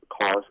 cars